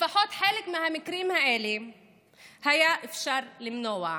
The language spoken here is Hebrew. לפחות חלק מהמקרים האלה אפשר היה למנוע,